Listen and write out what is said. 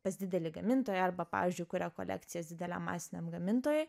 pas didelį gamintoją arba pavyzdžiui kuria kolekcijas dideliam masiniam gamintojui